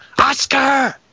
Oscar